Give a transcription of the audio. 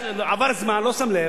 עבר זמן, לא שם לב.